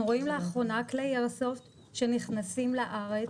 רואים הרבה כלי איירסופט שנכנסים לארץ.